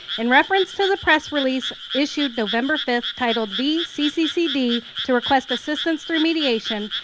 in reference to the press release issued november five entitled vcccd to request assistance through mediation,